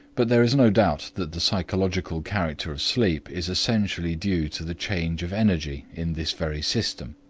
but there is no doubt that the psychological character of sleep is essentially due to the change of energy in this very system,